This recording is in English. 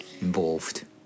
involved